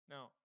Now